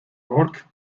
york